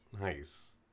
nice